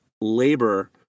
labor